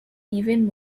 even